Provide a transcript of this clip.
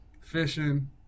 fishing